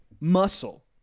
muscle